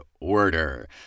order